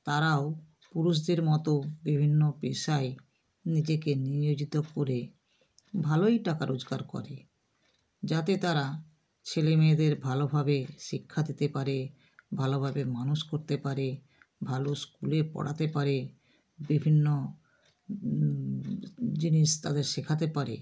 তারাও পুরুষদের মতো বিভিন্ন পেশায় নিজেকে নিয়োজিত করে ভালোই টাকা রোজগার করে যাতে তারা ছেলে মেয়েদের ভালোভাবে শিক্ষা দিতে পারে ভালোভাবে মানুষ করতে পারে ভালো স্কুলে পড়াতে পারে বিভিন্ন জিনিস তাদের শেখাতে পারে